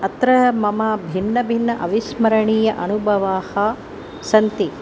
अत्र मम भिन्नभिन्न अविस्मरणीयाः अनुभवाः सन्ति